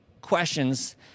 questions